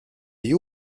you